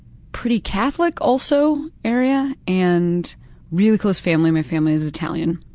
pretty catholic also, area, and really close family my family is italian.